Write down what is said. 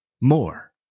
more